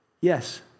Yes